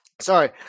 Sorry